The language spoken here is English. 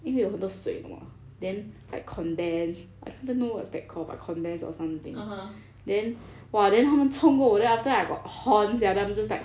因为有很多水你懂吗 then like condense I don't even know what is that call but condense or something then !wah! then 他们冲过我 then after that I got horn sia then I'm just like